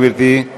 גברתי,